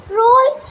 role